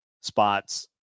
spots